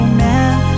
man